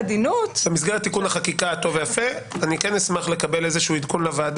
במסגרת תיקון החקיקה הטוב והיפה אני כן אשמח לקבל עדכון לוועד